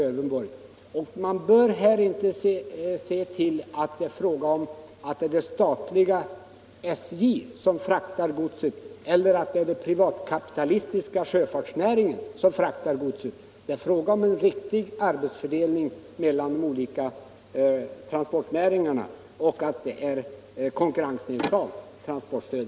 I transportstödfrågan bör man inte ta hänsyn till om det är det statliga SJ eller den privatkapitalistiska sjöfartsnäringen som fraktar godset, utan man bör eftersträva en riktig arbetsfördelning mellan de olika transportnäringarna och ett konkurrensneutralt transportstöd.